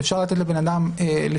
ואפשר לתת לבן אדם לסמן.